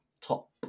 top